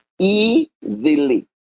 Easily